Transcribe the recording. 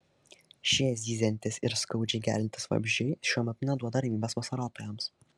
šie zyziantys ir skaudžiai geliantys vabzdžiai šiuo metu neduoda ramybės vasarotojams